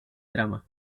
trama